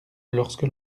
lorsque